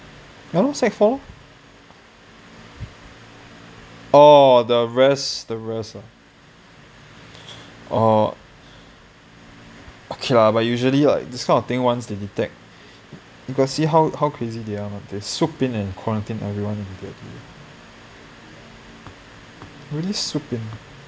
ya lor sec four lor oh the rest the rest oh okay lah but usually what this kind of thing once they detect you got see how how crazy they are on this and quarantine everyone what they do really